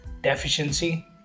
deficiency